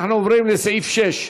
אנחנו עוברים לסעיף 6,